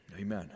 Amen